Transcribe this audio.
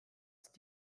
ist